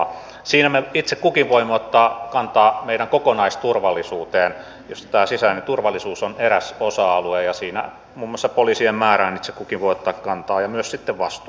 siinä me itse kukin voimme ottaa kantaa meidän kokonaisturvallisuuteen josta tämä sisäinen turvallisuus on eräs osa alue ja siinä muun muassa poliisien määrään itse kukin voi ottaa kantaa ja myös sitten vastuuta